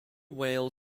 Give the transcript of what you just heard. whale